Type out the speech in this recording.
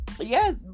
Yes